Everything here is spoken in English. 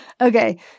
Okay